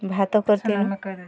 ଭାତ କରିଥିନୁ